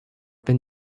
been